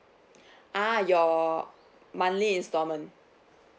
ah your monthly installment